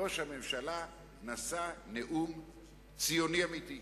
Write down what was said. ראש הממשלה נשא נאום ציוני אמיתי.